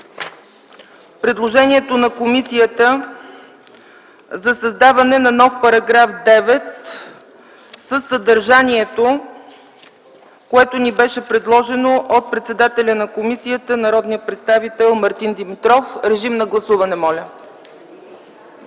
предложението на комисията за създаване на нов § 9 със съдържанието, което ни беше предложено от председателя на комисията народният представител Мартин Димитров. Гласували